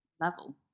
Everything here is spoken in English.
level